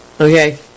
Okay